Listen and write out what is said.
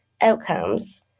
outcomes